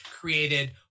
created